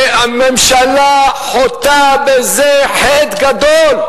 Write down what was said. הממשלה חוטאת בזה חטא גדול.